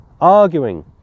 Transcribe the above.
arguing